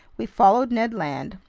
we followed ned land,